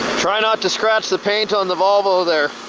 try not to scratch the paint on the volvo there.